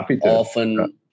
often-